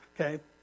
okay